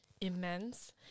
immense